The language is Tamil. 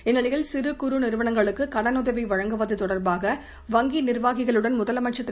இந்நிலையில் சிறு குறு நிறுவனங்களுக்கு கடனுதவி வழங்குவது தொடர்பாக வங்கி நிர்வாகிகளுடன் இன்று முதலமைச்சர் திரு